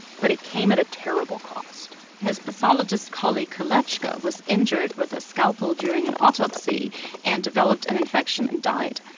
but it came at a terrible cost his pathologist colleague kolletschka was injured with a scalpel during an autopsy and developed an infection and died.